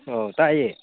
ꯑꯣ ꯇꯥꯏꯌꯦ